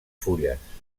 fulles